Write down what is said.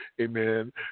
amen